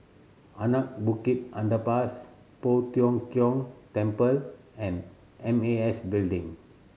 Anak Bukit Underpass Poh Tiong Kiong Temple and M A S Building